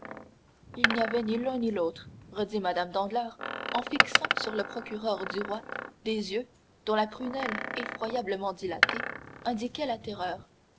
il n'y avait ni l'un ni l'autre redit mme danglars en fixant sur le procureur du roi des yeux dont la prunelle effroyablement dilatée indiquait la terreur